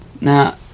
Now